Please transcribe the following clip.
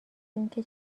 اینکه